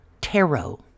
Tarot